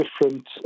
different